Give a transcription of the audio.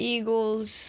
Eagles